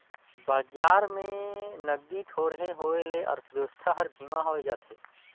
बजार में नगदी थोरहें होए ले अर्थबेवस्था हर धीमा होए जाथे